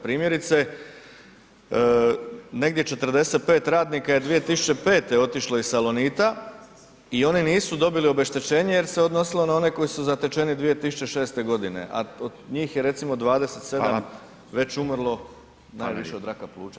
Primjerice negdje 45 radnika je 2005. otišlo iz Salonita i oni nisu dobili obeštećenje jer se odnosilo na one koji su zatečeni 2006. godine a od njih je recimo 27 već umrlo, najviše od raka pluća.